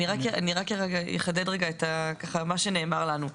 אני רק אחדד רגע את מה שנאמר לנו.